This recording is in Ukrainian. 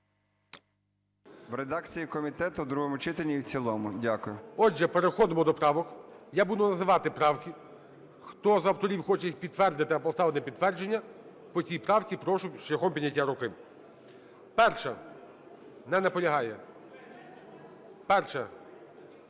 В редакції комітету в другому читанні і в цілому. Дякую. ГОЛОВУЮЧИЙ. Отже, переходимо до правок. Я буду називати правки. Хто з авторів хоче їх підтвердити та поставити на підтвердження по цій правці прошу шляхом підняття руки. 1-а. Не наполягає. 1-а.